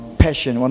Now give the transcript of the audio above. passion